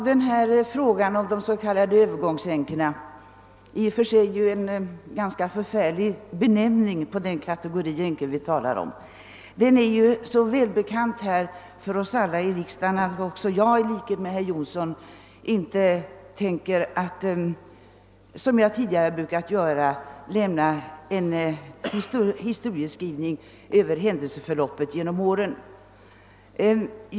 Herr talman! Frågan om de s.k. övergångsänkorna, i och för sig en förfärlig benämning på denna kategori av änkor, är ju så välbekant för oss alla här i riksdagen att jag i likhet med herr Jonsson i Mora inte avser att som tidigare ge en historik över händelserna under de gångna åren.